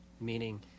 meaning